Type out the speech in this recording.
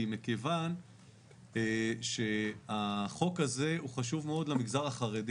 כי מכיוון שהחוק הזה הוא חשוב מאוד למגזר החרדי